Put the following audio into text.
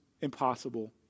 impossible